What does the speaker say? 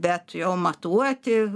bet jau matuoti